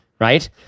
right